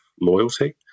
loyalty